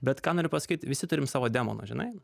bet ką noriu pasakyt visi turim savo demoną žinai